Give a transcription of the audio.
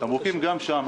התמרוקים גם שם.